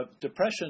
depression